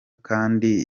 kandi